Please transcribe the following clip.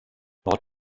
nord